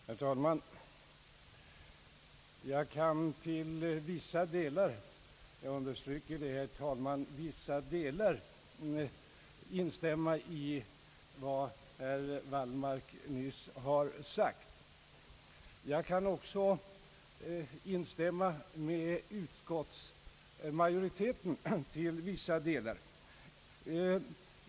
Herr talman! Jag kan till vissa delar — jag understryker, herr talman, orden till vissa delar — instämma i vad herr Wallmark nyss har sagt. Jag kan också till vissa delar instämma i vad utskottsmajoriteten anför.